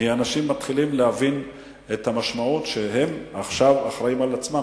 כי אנשים מתחילים להבין את המשמעות שהם עכשיו אחראים לעצמם,